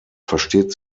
versteht